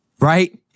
right